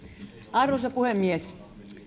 arvoisa puhemies